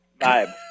vibe